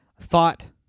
thought